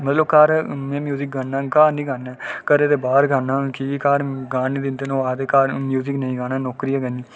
मतलब घर निं गान्ना ऐं घरै दे बाह्र गान्ना क्योंकि घर गान निं दिंदे न ओह् आखदे कि घर म्युजिक निं गाना नौकरी गै करनी